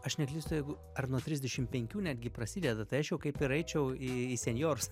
aš neklystu jeigu ar nuo trisdešim penkių netgi prasideda tai aišku kaip ir eičiau į į senjorus